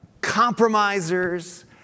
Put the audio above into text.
compromisers